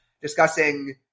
discussing